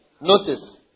notice